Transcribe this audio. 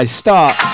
start